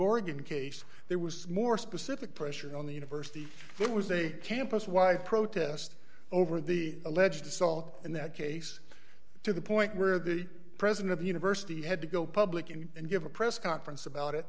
oregon case there was more specific pressure on the university there was a campus wide protest over the alleged assault in that case to the point where the president of the university had to go public and give a press conference about it